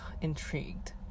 intrigued